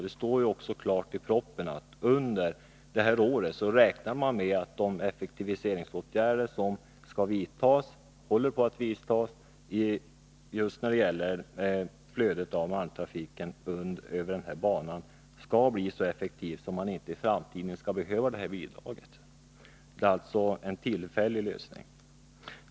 Det står också klart i propositionen att under det här året räknar man med att de effektiviseringsåtgärder som håller på att vidtas just när det gäller flödet av malmtrafiken över denna bana skall bli så effektiva att banan inte i framtiden skall behöva detta bidrag. Det är alltså en tillfällig lösning.